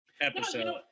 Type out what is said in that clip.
episode